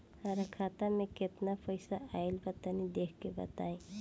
हमार खाता मे केतना पईसा आइल बा तनि देख के बतईब?